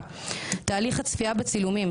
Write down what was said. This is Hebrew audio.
אפשר גם באמצעות תוכנות לצפות ביעילות בחומר המצולם.